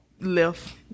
left